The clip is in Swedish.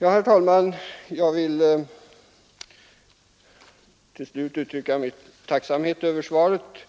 Herr talman! Jag vill till slut uttrycka min tacksamhet över svaret.